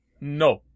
No